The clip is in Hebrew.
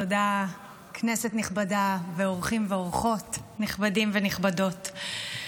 תודה, כנסת נכבדה ואורחים ואורחות נכבדים ונכבדות.